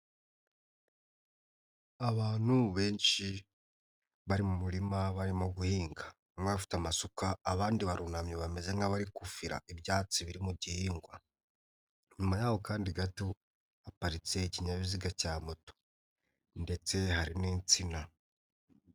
Abantu benshi bari mu murima barimo guhinga umwe afite amasuka abandi barunamye bameze nk'abari gufira ibyatsi biri mu gihingwa nyuma y'aho kandi gato haparitse ikinyabiziga cya moto ndetse hari n'insina.